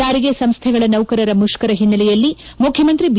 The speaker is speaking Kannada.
ಸಾರಿಗೆ ಸಂಸ್ಥೆಗಳ ನೌಕರರ ಮುಷ್ಕರ ಹಿನ್ನೆಲೆಯಲ್ಲಿ ಮುಖ್ಯಮಂತ್ರಿ ಬಿ